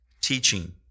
teaching